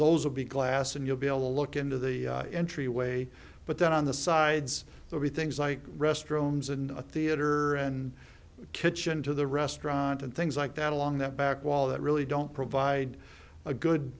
those will be glass and you'll be able to look into the entryway but then on the sides will be things like restrooms and a theater and kitchen to the restaurant and things like that along that back wall that really don't provide a good